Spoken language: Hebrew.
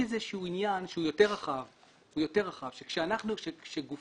את שואלת אם אפשר כן, אפשר.